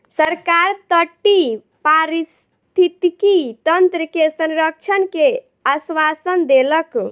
सरकार तटीय पारिस्थितिकी तंत्र के संरक्षण के आश्वासन देलक